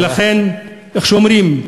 ולכן, איך אומרים: